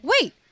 wait